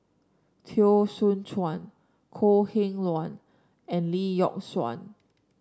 Teo Soon Chuan Kok Heng Leun and Lee Yock Suan